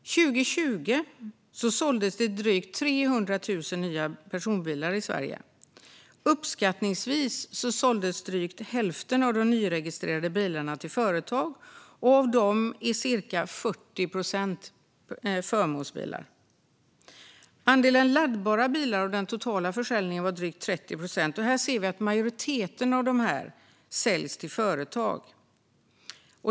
År 2020 såldes drygt 300 000 nya personbilar i Sverige. Uppskattningsvis såldes drygt hälften av de nyregistrerade bilarna till företag, och av dem var cirka 40 procent förmånsbilar. Andelen laddbara bilar av den totala försäljningen var drygt 30 procent, och vi ser att majoriteten av dessa såldes till företag.